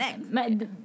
next